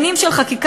שנים של חקיקה,